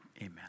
amen